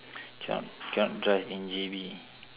cannot cannot drive in J_B